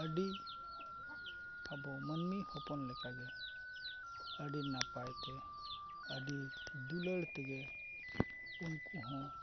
ᱟᱹᱰᱤ ᱟᱵᱚ ᱢᱟᱱᱢᱤ ᱦᱚᱯᱚᱱ ᱞᱮᱠᱟᱜᱮ ᱟᱹᱰᱤ ᱱᱟᱯᱟᱭ ᱛᱮ ᱟᱹᱰᱤ ᱫᱩᱞᱟᱹᱲ ᱛᱮᱜᱮ ᱩᱱᱠᱩ ᱦᱚᱸ